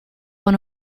one